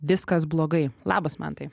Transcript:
viskas blogai labas mantai